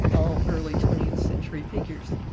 all early twentieth century figures.